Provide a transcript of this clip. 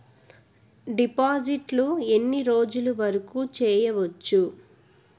డిపాజిట్లు ఎన్ని రోజులు వరుకు చెయ్యవచ్చు?